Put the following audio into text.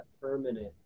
permanent